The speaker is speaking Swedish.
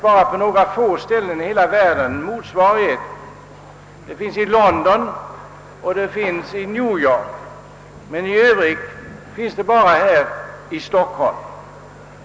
Bara på några få ställen i hela världen finns det en motsvarighet: i London och i New York.